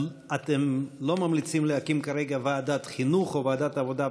אתם לא ממליצים להקים כרגע ועדת חינוך או את ועדת העבודה,